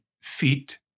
feet